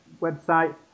website